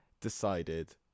decided